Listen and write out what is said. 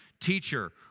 Teacher